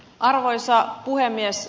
arvoisa puhemies